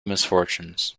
misfortunes